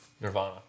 Nirvana